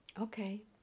Okay